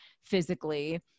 physically